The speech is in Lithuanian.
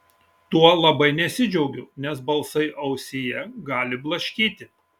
tuo labai nesidžiaugiu nes balsai ausyje gali blaškyti